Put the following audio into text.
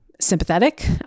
sympathetic